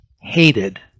hated